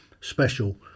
special